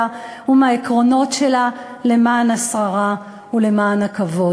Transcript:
ומהעקרונות שלה למען השררה ולמען הכבוד.